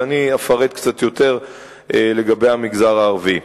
אבל אני אפרט קצת יותר לגבי המגזר הערבי.